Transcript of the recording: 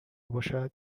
باشد